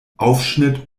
aufschnitt